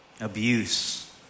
abuse